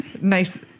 Nice